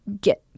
get